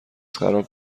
خراب